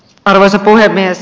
arvoisa puhemies